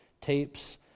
tapes